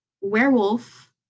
werewolf